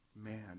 man